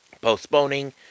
postponing